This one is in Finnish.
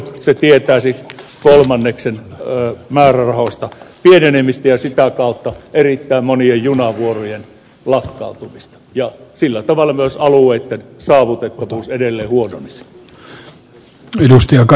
se tietäisi määrärahojen pienenemistä kolmanneksella ja sitä kautta erittäin monien junavuorojen lakkauttamista ja sillä tavalla myös alueitten saavutettavuus edelleen huononisi